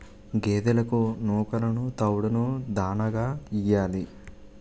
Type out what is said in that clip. గేదెలకు నూకలును తవుడును దాణాగా యియ్యాలి